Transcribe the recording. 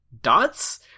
dots